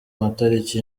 amatariki